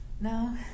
No